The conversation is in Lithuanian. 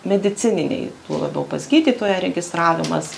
medicininiai tuo labiau pas gydytoją registravimas